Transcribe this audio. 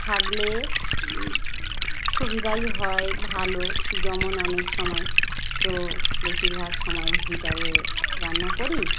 থাকলে সুবিধাই হয় ভালো যেমন অনেক সময় তো বেশিরভাগ সময় হিটারে রান্না করি